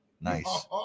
Nice